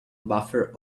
buffer